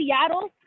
Seattle